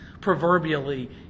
proverbially